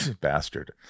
bastard